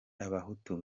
abahutu